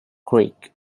creek